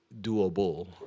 doable